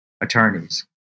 attorneys